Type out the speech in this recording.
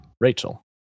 Rachel